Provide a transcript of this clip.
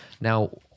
now